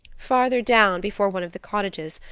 farther down, before one of the cottages,